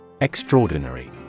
Extraordinary